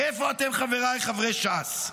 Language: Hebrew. איפה אתם, חבריי חברי ש"ס?